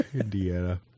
Indiana